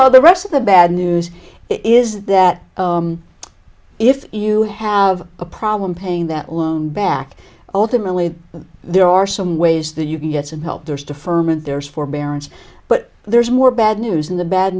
know the rest of the bad news is that if you have a problem paying that loan back ultimately there are some ways that you can get some help there is to ferment there's forbearance but there's more bad news in the bad